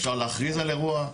אפשר להכריז על אירוע,